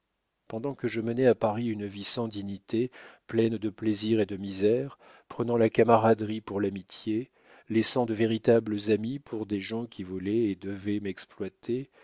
pendant que je menais à paris une vie sans dignité pleine de plaisirs et de misères prenant la camaraderie pour l'amitié laissant de véritables amis pour des gens qui voulaient et devaient m'exploiter